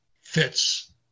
fits